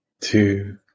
two